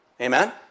Amen